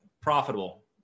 profitable